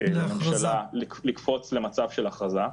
-- לממשלה לקפוץ למצב של הכרזה.